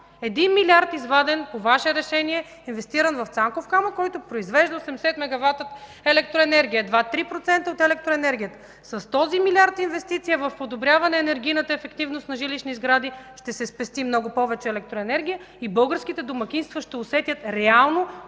един милиард изваден по Ваше решение, инвестиран в „Цанков камък”, който произвежда 80 мегавата електроенергия – едва 3% от електроенергията. С този милиард инвестиция в подобряване енергийната ефективност на жилищни сгради ще се спести много повече електроенергия и българските домакинства ще усетят реално